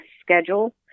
schedule